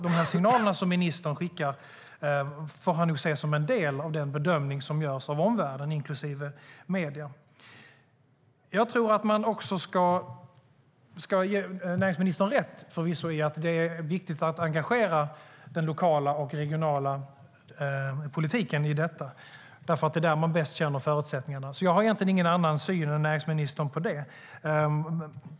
De signaler som ministern skickar får nog ses som en del av den bedömning som görs av omvärlden, inklusive medierna. Jag ska förvisso ge näringsministern rätt i att det är viktigt att engagera den lokala och regionala politiken i den här typen av frågor, för de känner bäst till förutsättningarna. Jag har egentligen ingen annan syn än näringsministern vad gäller det.